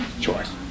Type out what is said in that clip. choice